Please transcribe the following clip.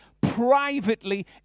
privately